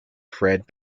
fred